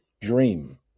dream